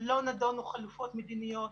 שלא נדונו חלופות מדיניות.